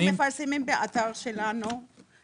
אנחנו מפרסמים באתר שלנו את כל המשתנים.